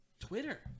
Twitter